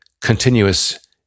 continuous